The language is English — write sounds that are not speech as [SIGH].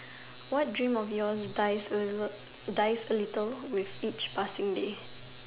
what dreams of yours dies a [UNINTELLIGIBLE] dies a little with each passing day